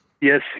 Yes